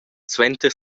suenter